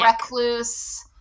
recluse